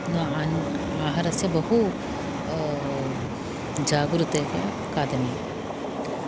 न अन्न् आहारस्य बहु जागरूकतया खादनीयम्